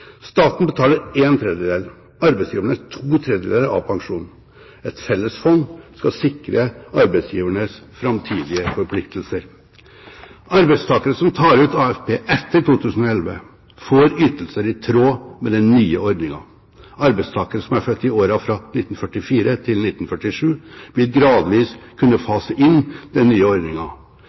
Staten betaler ⅓, arbeidsgiverne ⅔ av pensjonen. Et fellesfond skal sikre arbeidsgivernes framtidige forpliktelser. Arbeidstakere som tar ut AFP etter 2011, får ytelser i tråd med den nye ordningen. Arbeidstakere som er født i årene fra 1944 til 1947, vil gradvis kunne fase inn den nye